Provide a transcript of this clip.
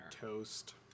Toast